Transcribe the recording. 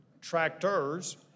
tractors